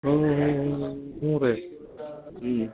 ಹ್ಞೂ ಹ್ಞೂ ಹ್ಞೂ ಹ್ಞೂ ಹ್ಞೂ ರೀ ಹ್ಞೂ